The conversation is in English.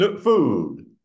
food